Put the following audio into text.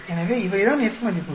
எனவே இவைதான் F மதிப்புகள்